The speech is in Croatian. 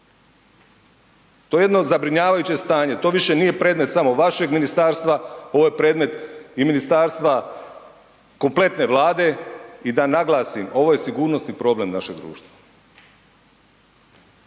To je jedno zabrinjavajuće stanje, to više nije predmet samo vašeg ministarstva ovo je predmet i ministarstva, kompletne Vlade. I da naglasim, ovo je sigurnosni problem našeg društva.